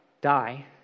die